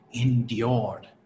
endured